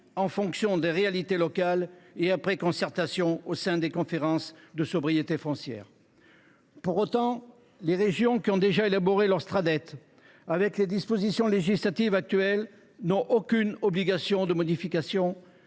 en fonction des réalités locales et après concertation au sein des conférences de sobriété foncière. Pour autant, les régions qui ont déjà élaboré leur Sraddet en se fondant sur les dispositions législatives actuelles n’ont aucune obligation de le modifier,